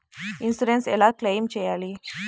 Insurance ఎలా claim చేయాలి?